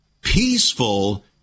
peaceful